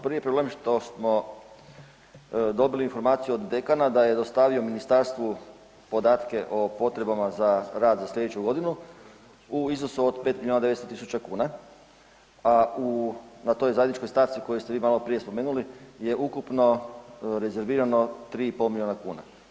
Prvi je problem što smo dobili informaciju od dekana da je dostavio ministarstvu podatke o potrebama za rad za slijedeću godinu u iznosu od 5 miliona 900 tisuća kuna, a u na toj zajedničkoj stavci koju ste vi maloprije spomenuli je ukupno rezervirano 3,5 miliona kuna.